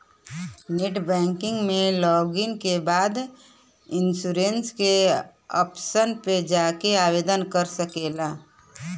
net banking में login करे के बाद इन्शुरन्स के ऑप्शन पे जाके आवेदन कर सकला